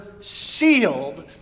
sealed